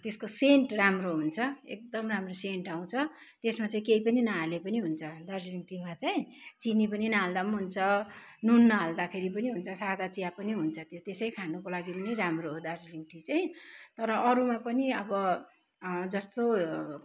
त्यसको सेन्ट राम्रो हुन्छ एकदम राम्रो सेन्ट आउँछ त्यसमा चाहिँ केही पनि नहाले पनि हुन्छ दार्जिलिङ टी मा चाहिँ चिनी पनि नहाल्दा हुन्छ नुन नहाल्दाखेरि पनि हुन्छ सादा चिया पनि हुन्छ त्यो त्यसै खानुको लागि पनि राम्रो हो दार्जीलिङ टी चाहिँ तर अरूमा पनि अब जस्तो